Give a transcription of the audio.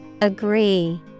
Agree